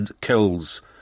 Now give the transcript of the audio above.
kills